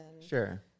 Sure